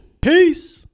Peace